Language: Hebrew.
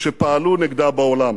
שפעלו נגדה בעולם.